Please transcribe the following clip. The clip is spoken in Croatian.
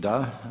Da.